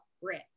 grit